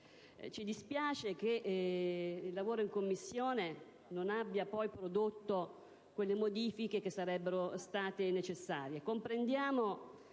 Ci dispiace che il lavoro svolto in Commissione non abbia prodotto le modifiche che sarebbero state necessarie.